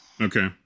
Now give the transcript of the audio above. Okay